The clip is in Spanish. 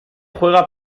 juega